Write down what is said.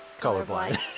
colorblind